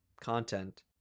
content